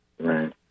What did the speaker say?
Right